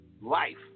life